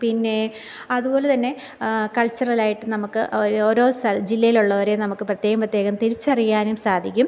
പിന്നേ അതുപോലെതന്നെ കൾച്ചറലായിട്ടും നമുക്ക് ഓരോ ഓരോ ജില്ലയിലുള്ളവരെ നമുക്ക് പ്രത്യേകം പ്രത്യേകം തിരിച്ചറിയാനും സാധിക്കും